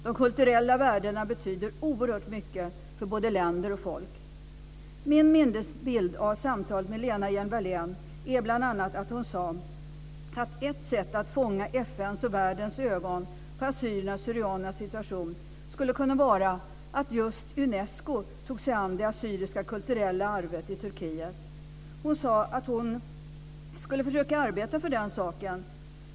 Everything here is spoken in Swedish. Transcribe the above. De kulturella värdena betyder oerhört mycket för både länder och folk. Min minnesbild av samtalet med Lena Hjelm Wallén är att hon bl.a. sade att ett sätt att fästa FN:s och världens ögon på assyrier/syrianernas situation skulle kunna vara att just Unesco tog sig an frågan om det assyriska kulturella arvet i Turkiet. Hon sade att hon skulle försöka arbeta för den saken.